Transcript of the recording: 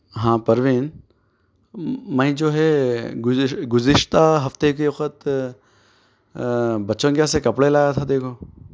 ہاں پروین میں جو ہے گذش گذشتہ ہفتہ کے وقت بچوں کے یہاں سے کپڑے لایا تھا دیکھو